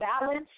balance